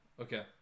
Okay